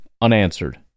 unanswered